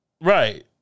Right